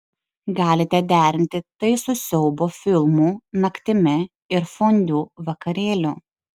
galite derinti tai su siaubo filmų naktimi ir fondiu vakarėliu